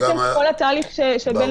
אני